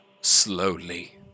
slowly